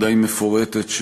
הדי-מפורטת,